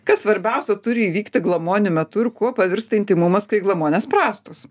kas svarbiausio turi įvykti glamonių metu ir kuo pavirsta intymumas kai glamonės prastos